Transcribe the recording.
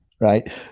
right